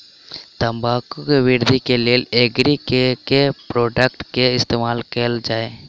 तम्बाकू केँ वृद्धि केँ लेल एग्री केँ के प्रोडक्ट केँ इस्तेमाल कैल जाय?